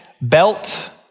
belt